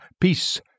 Peace